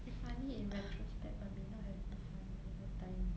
funny in retrospect but may not have been funny at that time